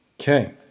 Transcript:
Okay